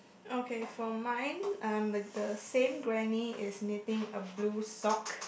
okay from mind the same granny is needing a blue sock